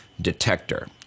detector